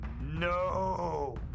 no